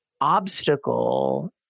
obstacle